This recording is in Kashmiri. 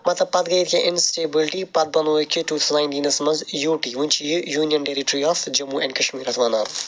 مَطلَب پَتہٕ گے ییٚتہِ کینٛہہ اِنسٹیبِلِٹے پَتہٕ بَنو وُکھ یہِ ٹوٗ تھاوزَنٛڈ ناینٹیٖنَس مَنٛز یوٗ ٹی وۄنۍ چھِ یہِ union territory of Jammu and Kashmir اتھ وۄنۍ ناو